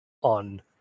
on